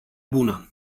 bună